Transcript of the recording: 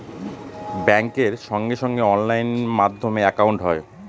ব্যাঙ্কের সঙ্গে সঙ্গে অনলাইন মাধ্যমে একাউন্ট হয়